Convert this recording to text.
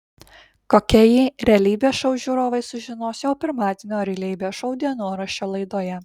kokia ji realybės šou žiūrovai sužinos jau pirmadienio realybės šou dienoraščio laidoje